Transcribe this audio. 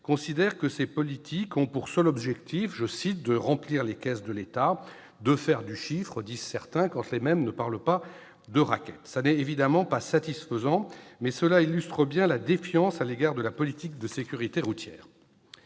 considèrent que ces politiques ont pour seul objectif de « remplir les caisses de l'État »,« de faire du chiffre », disent certains, quand ils ne parlent pas de « racket ». Ce n'est évidemment pas satisfaisant, mais cela illustre bien la défiance à l'égard de la politique de sécurité routière.